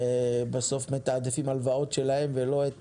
ובסוף הם מתעדפים הלוואות שלהם ולא את